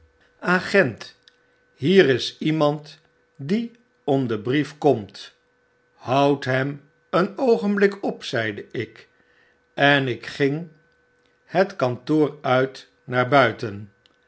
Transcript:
agent hier is iemand die om den brief komt i houdt hem een oogenblik op zeide ik en ik ging het kantoor uit naar buiten